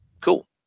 cool